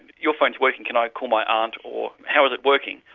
your phone is working, can i call my um aunt', or how is it working?